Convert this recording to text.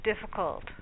difficult